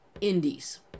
indies